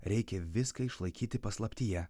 reikia viską išlaikyti paslaptyje